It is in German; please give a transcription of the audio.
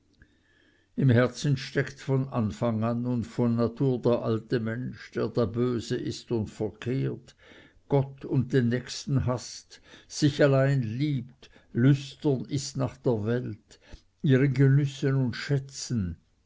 im herzen steckt von anfang an und von natur der alte mensch der da böse ist und verkehrt gott und den nächsten haßt sich allein liebt lüstern ist nach der welt ihren genüssen und schätzen